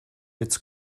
its